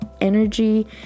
energy